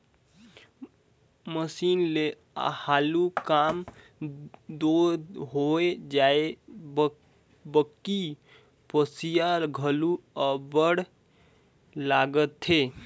machine ले हालु काम दो होए जाथे बकि पइसा घलो अब्बड़ लागथे